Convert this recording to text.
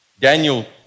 Daniel